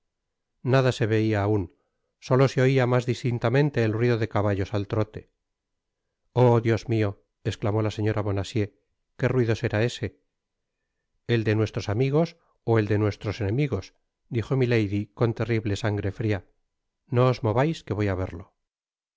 nada se veia aun solo se oia mas distintamente el ruido de caballos al trote oh dios mio esclamó la señora bonacieux qué ruido será ese et de nuestros amigos ó el de nuestros enemigos dijo milady con terrible sangre fria no os movais que voy á verlo